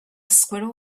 squirrel